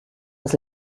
das